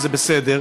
וזה בסדר,